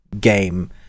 game